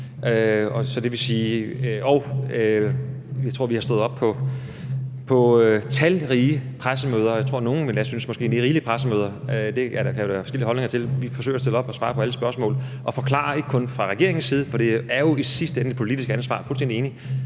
Og jeg tror, vi har stået på talrige pressemøder – måske rigelig mange pressemøder, tror jeg nogle vil synes, men det kan der være forskellige holdninger til; vi forsøger at stille op og svare på alle spørgsmål – og forklaret, ikke kun fra regeringens side, da det jo i sidste ende er et politisk ansvar, det er jeg fuldstændig enig